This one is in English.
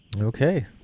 Okay